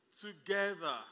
Together